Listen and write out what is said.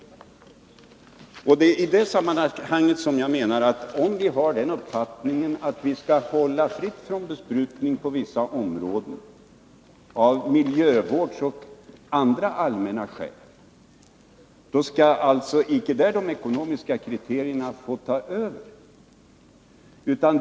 Det är i det sammanhanget som jag menar, att om vi har den uppfattningen att vi skall hålla fritt från besprutning på vissa områden av miljövårdsskäl och andra allmänna skäl, så skall icke de ekonomiska kriterierna där få ta över.